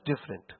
different